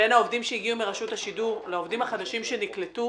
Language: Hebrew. בין העובדים שהגיעו מרשות השידור לבין העובדים החדשים שנקלטו.